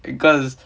because